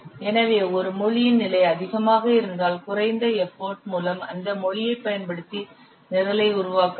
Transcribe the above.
எனவே ஒரு மொழியின் நிலை அதிகமாக இருந்தால் குறைந்த எஃபர்ட் மூலம் அந்த மொழியைப் பயன்படுத்தி நிரலை உருவாக்கலாம்